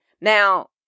Now